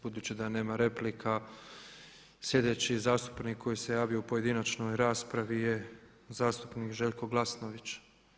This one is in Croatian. Budući da nema replika, sljedeći zastupnik koji se javio u pojedinačnoj raspravi je zastupnik Željko Glasnović.